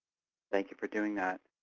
thank you for doing that.